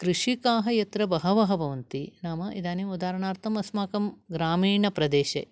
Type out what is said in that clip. कृषकः यत्र बहवः भवन्ति नाम इदानीम् उदाहरणार्थम् अस्माकं ग्रामीण प्रदेशे